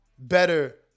better